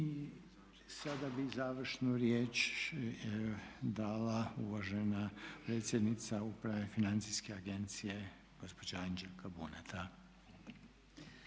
I sada bi završnu riječ dala uvažena predsjednica Uprave Financijske agencije gospođa Anđelka Buneta.